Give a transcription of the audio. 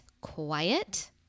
quiet